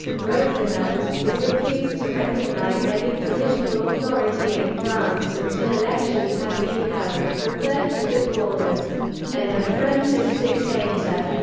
roosevelt, who refused to recognize any provisional authority in france until elections had been held, referred to de gaulle as an apprentice dictator,